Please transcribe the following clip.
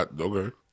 Okay